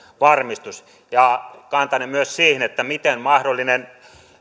varmistus ja kantanne myös siihen miten mahdollinen